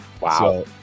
Wow